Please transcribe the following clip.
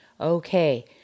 Okay